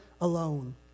alone